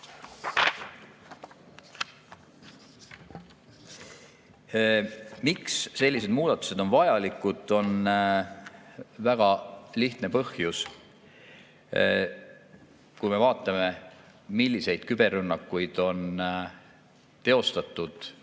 Miks sellised muudatused on vajalikud? Väga lihtne põhjus. Vaatame, milliseid küberrünnakuid tehti